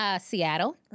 Seattle